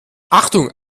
achtung